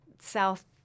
South